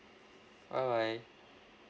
bye bye